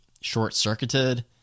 short-circuited